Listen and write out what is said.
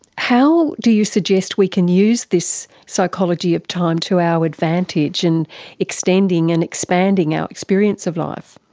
how do you suggest we can use this psychology of time to our advantage and extending and expanding our experience of life?